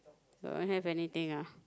don't have anything ah